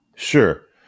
Sure